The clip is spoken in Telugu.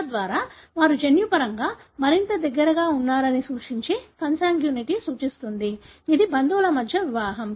తద్వారా వారు జన్యుపరంగా మరింత దగ్గరగా ఉన్నారని సూచించే కన్సాంగ్యూనిటీ సూచిస్తుంది ఇది బంధువుల మధ్య వివాహం